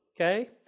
okay